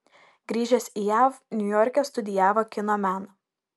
grįžęs į jav niujorke studijavo kino meną